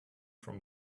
from